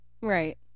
right